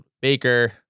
Baker